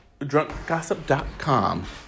drunkgossip.com